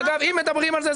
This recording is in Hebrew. אם מדברים על זה,